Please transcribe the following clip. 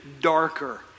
darker